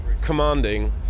commanding